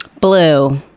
Blue